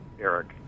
Eric